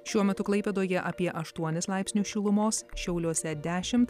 šiuo metu klaipėdoje apie aštuonis laipsnius šilumos šiauliuose dešimt